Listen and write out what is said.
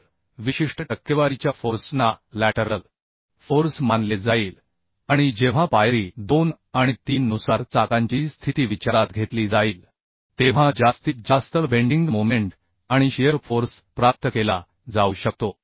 तर विशिष्ट टक्केवारीच्या फोर्स ना लॅटरल फोर्स मानले जाईल आणि जेव्हा पायरी 2 आणि 3 नुसार चाकांची स्थिती विचारात घेतली जाईल तेव्हा जास्तीत जास्त बेंदिन मोमेंट आणि शिअर फोर्स प्राप्त केला जाऊ शकतो